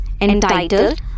entitled